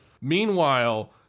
Meanwhile